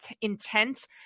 intent